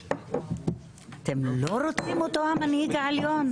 אתם לא רוצים אותו המנהיג העליון?